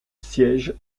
siège